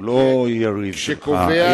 הוא לא יריב שלך.